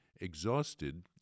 exhausted